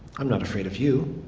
i'm not afraid of you.